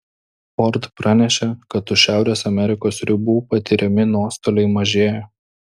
ford pranešė kad už šiaurės amerikos ribų patiriami nuostoliai mažėja